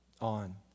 on